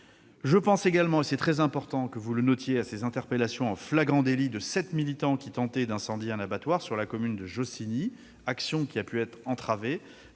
Je pense également- il est très important que vous le notiez -à l'interpellation en flagrant délit de sept militants qui tentaient d'incendier un abattoir sur la commune de Jossigny, action qui a pu être entravée